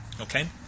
Okay